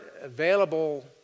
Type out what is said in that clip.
available